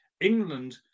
england